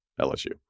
LSU